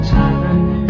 time